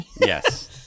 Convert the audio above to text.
Yes